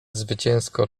zwycięsko